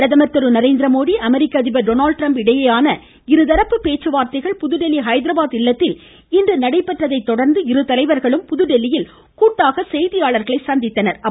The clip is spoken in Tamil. பிரதமர் திரு நரேந்திரமோடி அமெரிக்க அதிபர் டொனால்ட் ட்ரம்ப் இடையேயான இருதரப்பு பேச்சுவார்தைகள் புதுதில்லி ஹைதராபாத் இல்லத்தில் இன்று நடைபெற்றதை தொடர்ந்து இரு தலைவா்களும் புதுதில்லியில் கூட்டாக செய்தியாளாகளை சந்தித்தனா்